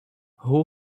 who